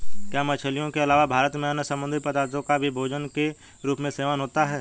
क्या मछलियों के अलावा भारत में अन्य समुद्री पदार्थों का भी भोजन के रूप में सेवन होता है?